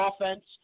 offense